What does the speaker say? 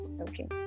okay